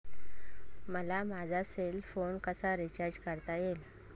मला माझा cell phone कसा रिचार्ज करता येईल?